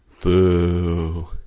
Boo